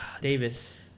Davis